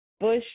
Bush